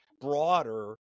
broader